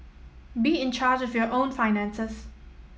be in charge of your own finances